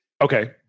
Okay